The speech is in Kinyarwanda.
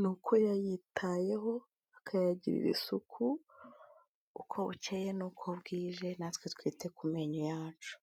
ni uko uko yayitayeho akayagirira isuku, uko bukeye n'uko bwije natwe twite ku menyo yacu.